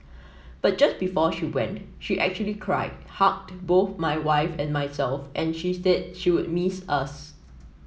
but just before she went she actually cried hugged both my wife and myself and she said she would miss us